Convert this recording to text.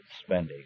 spending